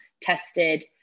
tested